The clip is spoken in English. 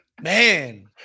Man